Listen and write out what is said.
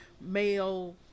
male